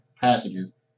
passages